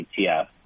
ETF